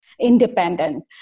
independent